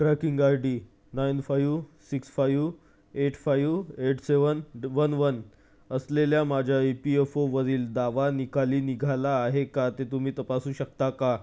tracking I D nine five six five eight five eight seven one one असलेल्या माझ्या E P F ओवरील दावा निकाली निघाला आहे का ते तुम्ही तपासू शकता का